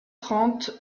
trente